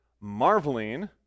marveling